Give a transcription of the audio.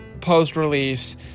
post-release